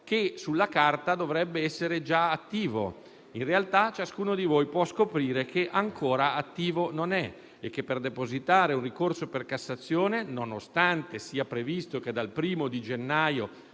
che sulla carta dovrebbe essere già attivo. In realtà ciascuno di voi può scoprire che ancora attivo non è e che per depositare un ricorso per Cassazione si deve ancora procedere